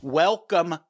welcome